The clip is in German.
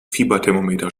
fieberthermometer